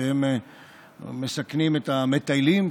שמסכנים את המטיילים.